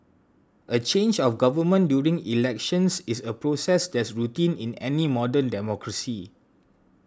a change of government during elections is a process that's routine in any modern democracy